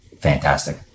fantastic